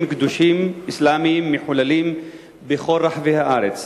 קדושים אסלאמיים מחוללים בכל רחבי הארץ?